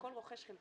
לכל רוכש חלק